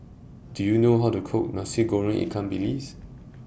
Do YOU know How to Cook Nasi Goreng Ikan Bilis